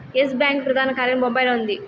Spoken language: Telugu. ఎస్ బ్యాంకు ప్రధాన కార్యాలయం బొంబాయిలో ఉంది